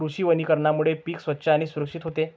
कृषी वनीकरणामुळे पीक स्वच्छ आणि सुरक्षित होते